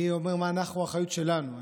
אני אומר מה האחריות שלנו.